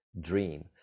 dream